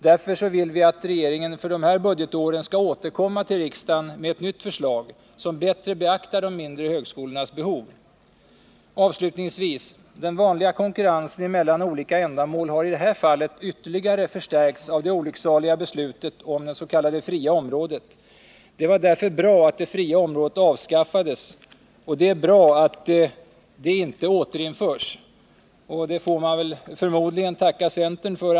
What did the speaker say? Därför vill vi att regeringen för dessa budgetår skall återkomma till riksdagen med ett nytt förslag, som bättre beaktar de mindre högskolornas behov. Den vanliga konkurrensen mellan olika ändamål har i det här fallet ytterligare förstärkts av det olycksaliga beslutet om det s.k. fria området. Det var därför bra att det fria området avskaffades, och det är bra att det inte återinförs. Det antar jag att vi får tacka centern för.